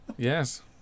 Yes